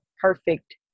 perfect